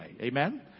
Amen